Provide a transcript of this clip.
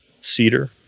cedar